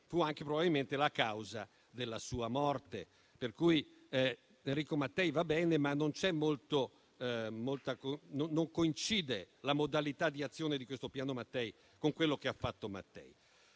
fu anche probabilmente la causa della sua morte. Evocare Enrico Mattei dunque va bene, ma non coincide la modalità di azione del Piano Mattei con quello che ha fatto Mattei